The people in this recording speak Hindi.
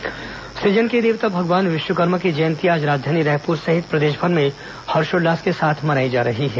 विश्वकर्मा जयंती सुजन के देवता भगवान विश्वकर्मा की जयंती आज राजधानी रायपुर सहित प्रदेशभर में हर्षोल्लास के साथ मनाई जा रही है